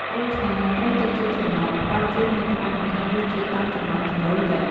ក្រូចឆ្មារត្រូវចិតជាចំណិត ផ្តល់ជូននៅក្រៅបន្ថែមរសជាតិតាមចំណង់ចំណូលចិត្ត។